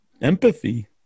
Empathy